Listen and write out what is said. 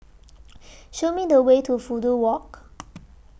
Show Me The Way to Fudu Walk